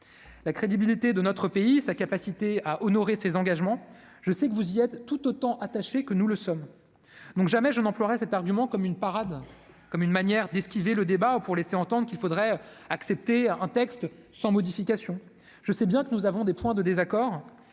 la crédibilité de notre pays, sa capacité à honorer ses engagements, je sais que vous y êtes tout autant attaché que nous le sommes, donc jamais je n'emploierais cet argument comme une parade comme une manière d'esquiver le débat pour laisser entendre qu'il faudrait accepter un texte sans modification, je sais bien que nous avons des points de désaccord